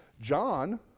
John